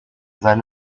seine